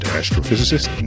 astrophysicist